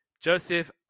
Joseph